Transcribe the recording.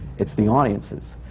it's the audiences.